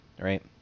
right